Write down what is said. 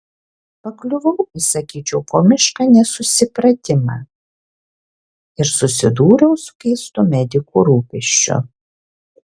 pakliuvau į sakyčiau komišką nesusipratimą ir susidūriau su keistu medikų rūpesčiu